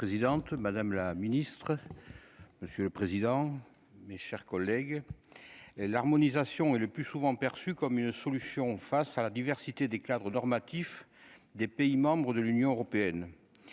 madame la ministre, monsieur le président, mes chers collègues, l'harmonisation et le plus souvent perçu comme une solution face à la diversité des cadres normatifs des pays membres de l'Union européenne,